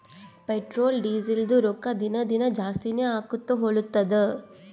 petrol, ಡೀಸೆಲ್ದು ರೊಕ್ಕಾ ದಿನಾ ದಿನಾ ಜಾಸ್ತಿನೇ ಆಕೊತ್ತು ಹೊಲತ್ತುದ್